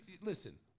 Listen